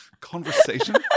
Conversation